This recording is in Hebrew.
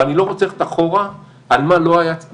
ואני לא רוצה ללכת אחורה על מה לא עשו,